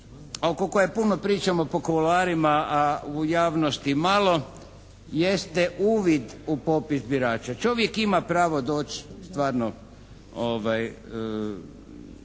oko koje puno pričamo po kuloarima, a u javnosti malo jeste uvid u popis birača. Čovjek ima pravo doći stvarno komisiji